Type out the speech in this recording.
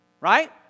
Right